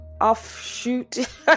offshoot